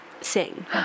sing